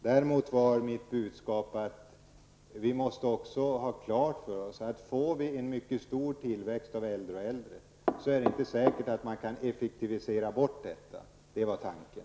Däremot var mitt budskap att vi måste också ha klart för oss att får vi en mycket stor tillväxt av äldre äldre, är det inte säkert att man kan ''effektivisera bort'' detta. Det var tanken.